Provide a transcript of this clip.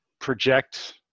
Project